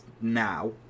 now